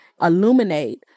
illuminate